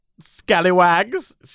scallywags